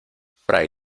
fray